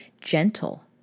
gentle